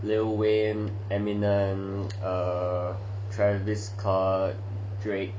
lil wayne eminem trevis scott drake mmhmm